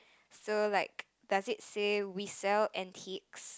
so like does it say we sell antiques